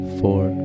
four